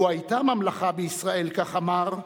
לו היתה ממלכה בישראל, כך אמר,